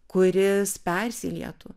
kuris persilietų